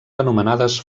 anomenades